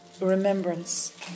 remembrance